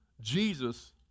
Jesus